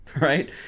right